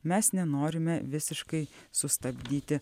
mes nenorime visiškai sustabdyti